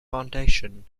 foundation